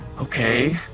okay